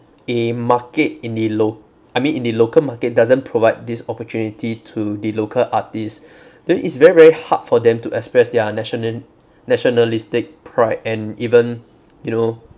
a market in the lo~ I mean in the local market doesn't provide this opportunity to the local artist then it's very very hard for them to express their nationa~ nationalistic pride and even you know